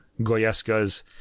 Goyescas